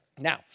Now